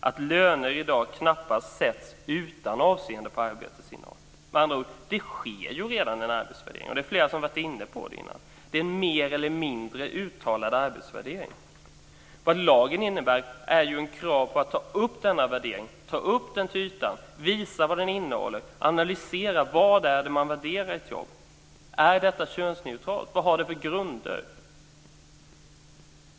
Att löner i dag knappast sätts utan avseende på arbetets innehåll. Det sker med andra ord redan en arbetsvärdering. Det är flera som har varit inne på det tidigare, alltså den mer eller mindre uttalade arbetsvärderingen. Vad lagen innebär är ju ett krav på att ta upp denna värdering, ta upp den till ytan, visa vad den innehåller, analysera vad det är man värderar i ett jobb. Är detta könsneutralt? Vad har det för grunder?